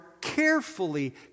carefully